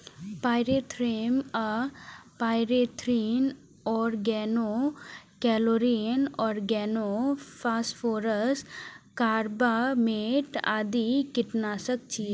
pyrethrum आ pyrethrin, organochlorine, organophosphorus, carbamate आदि कीटनाशक छियै